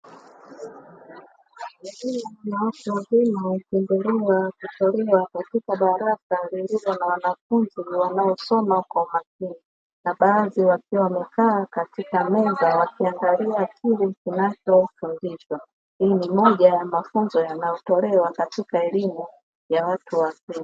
Elimu ya watu wazima ikiendelea kutolewa katika darasa lililo na wanafunzi wanaosoma kwa umakini na baadhi wakiwa wamekaa katika meza wakiangalia kile kinachofundishwa hii ni moja ya mafunzo yanayotolewa katika elimu ya watu wazima.